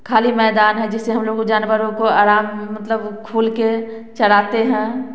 खाली मैदान है जिससे हम लोग को जानवरों को आराम मतलब खुल के चराते हैं